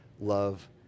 Love